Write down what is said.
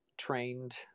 trained